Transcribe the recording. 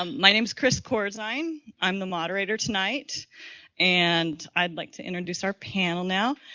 um my name is kriz corzine. i'm the moderator tonight and i'd like to introduce our panel now.